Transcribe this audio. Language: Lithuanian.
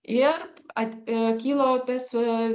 ir at e kilo tas e